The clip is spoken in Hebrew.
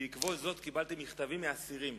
בעקבות זאת קיבלתי מכתבים מאסירים.